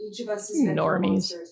Normies